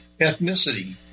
ethnicity